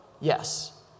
Yes